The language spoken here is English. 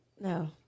No